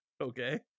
Okay